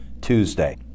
Tuesday